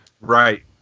Right